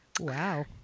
Wow